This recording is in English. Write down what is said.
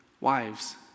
Wives